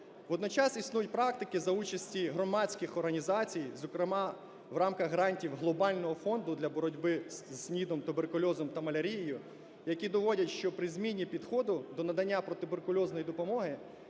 Водночас існують практики за участі громадських організацій, зокрема в рамках грантів глобального фонду для боротьби з СНІДом, туберкульозом та малярією, які доводять, що при зміні підходу до надання протитуберкульозної допомоги